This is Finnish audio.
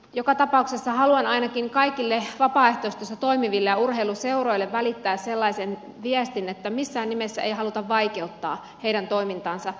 joka tapauksessa haluan ainakin kaikille vapaaehtoistyössä toimiville ja urheiluseuroille välittää sellaisen viestin että missään nimessä ei haluta vaikeuttaa heidän toimintaansa